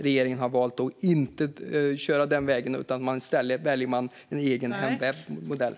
Regeringen har valt att inte köra den vägen, utan i stället väljer man en egen hemvävd modell.